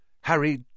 Harry